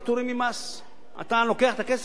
אתה לוקח את הכסף נקי הביתה.